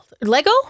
Lego